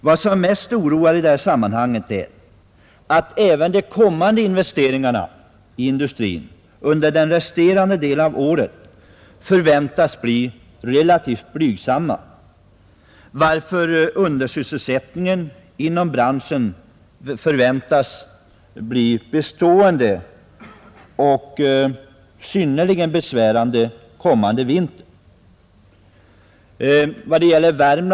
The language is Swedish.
Vad som mest oroar i sammanhanget är att även kommande investeringar under den resterande delen av året förväntas bli blygsamma, varför undersysselsättningen inom branschen väntas bli bestående och bli synnerligen besvärande kommande vinter.